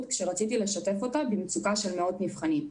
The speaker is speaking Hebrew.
כשרציתי לשתף אותה במצוקה של מאות נבחנים.